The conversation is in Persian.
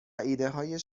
ایدههای